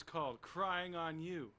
is called crying on you